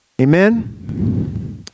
Amen